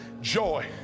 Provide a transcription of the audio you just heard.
Joy